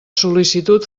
sol·licitud